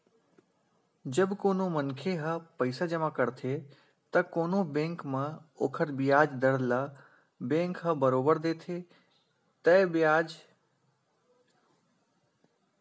जब कोनो मनखे ह पइसा जमा करथे त कोनो बेंक म ओखर बियाज दर ल बेंक ह बरोबर देथे तय बियाज दर के हिसाब ले